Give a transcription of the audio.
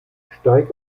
steig